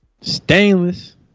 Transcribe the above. Stainless